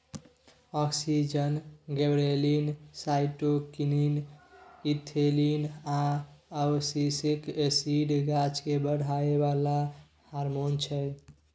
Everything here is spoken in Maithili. आक्जिन, गिबरेलिन, साइटोकीनीन, इथीलिन आ अबसिसिक एसिड गाछकेँ बढ़ाबै बला हारमोन छै